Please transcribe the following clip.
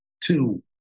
two